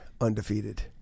undefeated